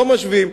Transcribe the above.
לא משווים.